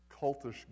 cultish